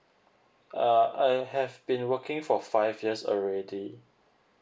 uh I have been working for five years already